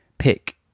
pick